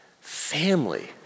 family